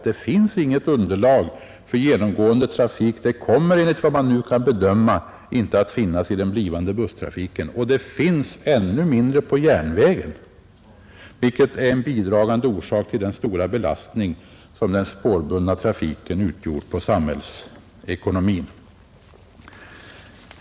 Det finns inget underlag för genomgående trafik. Det kommer enligt vad man nu kan bedöma inte att finnas för den blivande busstrafiken, och det finns ännu mindre för järnvägen, vilket är en bidragande orsak till den stora belastning som den spårbundna trafiken utgjort på samhällsekonomin.